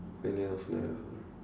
when you have never